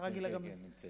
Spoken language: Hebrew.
כן, כן.